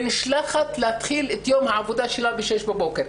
ונשלחת להתחיל את יום העבודה שלה ב-6 בבוקר.